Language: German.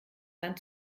dann